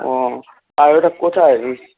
ও আর ওটা কোথায় রি